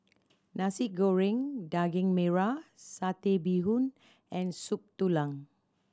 Nasi Goreng Daging Merah Satay Bee Hoon and Soup Tulang